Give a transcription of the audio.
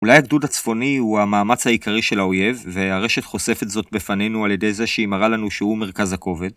אולי הגדוד הצפוני הוא המאמץ העיקרי של האויב, והרשת חושפת זאת בפנינו על ידי זה שהיא מראה לנו שהוא מרכז הכובד.